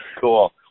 Cool